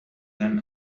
than